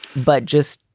but just,